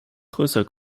größer